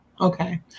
Okay